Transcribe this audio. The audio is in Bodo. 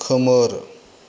खोमोर